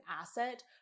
asset